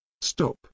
Stop